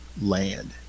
land